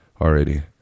already